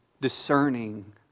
discerning